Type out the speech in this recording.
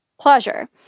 Pleasure